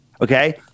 Okay